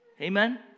Amen